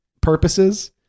purposes